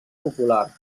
popular